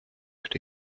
could